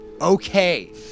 Okay